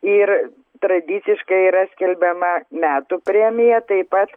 ir tradiciškai yra skelbiama metų premija taip pat